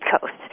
coast